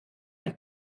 ein